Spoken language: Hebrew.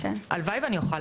הלוואי שאני אוכל.